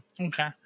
Okay